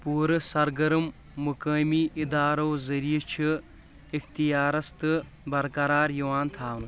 پوٗرٕ سرگرم مُقٲمی اِدارو ذٔریعہٕ چھ اِختیارس تہٕ برقرار یِوان تھاونہٕ